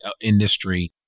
industry